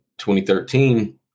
2013